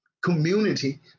community